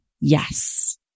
Yes